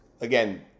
Again